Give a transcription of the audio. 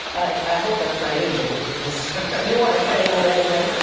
i hope that's my agent, because you aren't paying me anything.